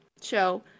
show